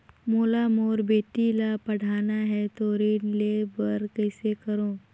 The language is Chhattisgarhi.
मोला मोर बेटी ला पढ़ाना है तो ऋण ले बर कइसे करो